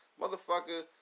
motherfucker